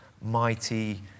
mighty